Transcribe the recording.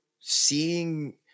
seeing